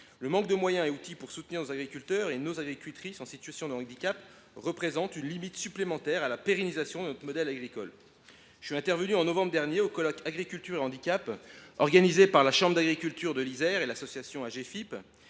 Le manque de moyens et d’outils pour soutenir nos agriculteurs en situation de handicap représente une limite supplémentaire à la pérennisation de notre modèle agricole. Je suis intervenu en novembre dernier au colloque organisé par la chambre d’agriculture de l’Isère et l’Association de